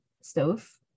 stove